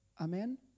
Amen